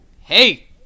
Hey